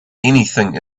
anything